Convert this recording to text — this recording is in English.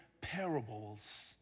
parables